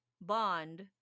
bond